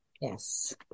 Yes